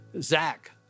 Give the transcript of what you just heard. Zach